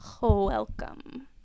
welcome